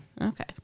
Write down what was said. Okay